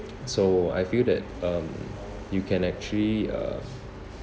so I feel that um you can actually uh